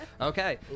Okay